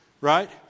Right